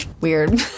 weird